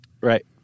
Right